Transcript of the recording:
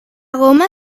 goma